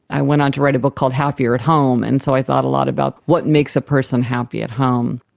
i went on to write a book called happier at home, and so i thought a lot about what makes a person happy at home.